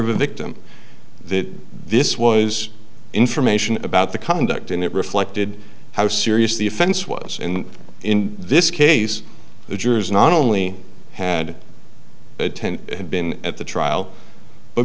of a victim that this was information about the conduct and it reflected how serious the offense was in in this case the jurors not only had ten had been at the trial but